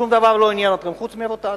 שום דבר לא עניין אתכם חוץ מרוטציה,